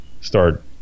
start